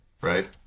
right